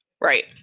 Right